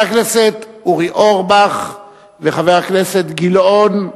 אורבך וגילאון,